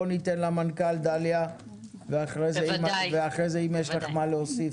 בואי ניתן למנכ"ל דליה ואחרי זה אם יש לך מה להוסיף.